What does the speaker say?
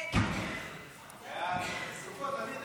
סעיפים 1 3